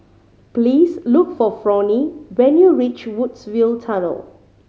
please look for Fronie when you reach Woodsville Tunnel